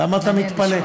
למה אתה מתפלא?